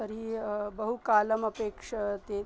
तर्हि बहुकालमपेक्षते